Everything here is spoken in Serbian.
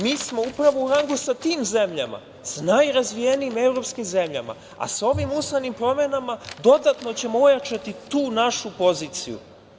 Mi smo upravo u rangu sa tim zemljama, sa najrazvijenijim evropskim zemljama, a sa ovim ustavnim promenama ćemo dodatno ojačati tu našu poziciju.